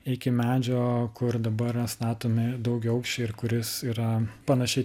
iki medžio kur dabar yra statomi daugiaaukščiai ir kuris yra panašiai